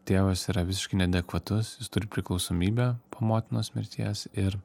tėvas yra visiškai neadekvatus jis turi priklausomybę po motinos mirties ir